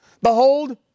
Behold